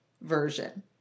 version